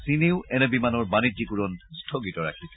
চীনেও এনে বিমানৰ বানিজ্যিক উৰণ স্থগিত ৰাখিছে